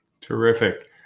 Terrific